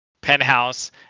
penthouse